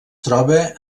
troba